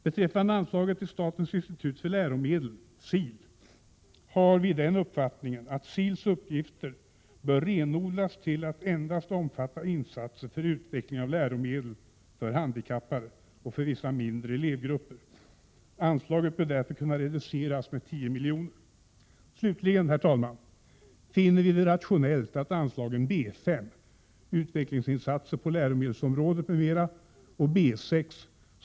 Beträffande anslaget till statens institut för läromedel, SIL, har vi den uppfattningen att SIL:s uppgifter bör renodlas till att endast omfatta insatser för utveckling av läromedel för handikappade och för vissa mindre elevgrupper. Anslaget bör därför kunna reduceras med 10 miljoner. Herr talman! Vi finner det rationellt att anslagen B5. Utvecklingsinsatser på läromedelsområdet m.m. och B6.